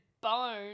bone